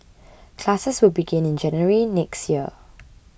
classes will begin in January next year